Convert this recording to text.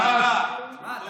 מה עם שני מיליון?